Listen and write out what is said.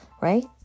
right